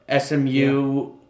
SMU